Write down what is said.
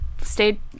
stayed